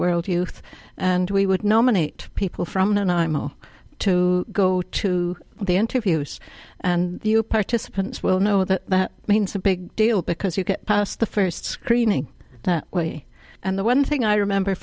world youth and we would nominate people from and imo to go to the interviews and you participants will know that that means a big deal because you get past the first screening that way and the one thing i remember